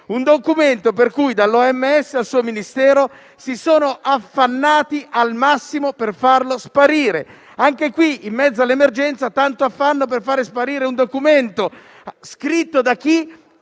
un documento per cui dall'OMS al suo Ministero si sono affannati al massimo per farlo sparire. Anche in questo caso, in mezzo all'emergenza c'è stato tanto affanno per far sparire un documento scritto da